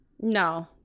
No